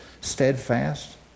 steadfast